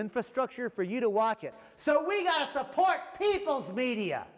infrastructure for you to watch it so we support eagles media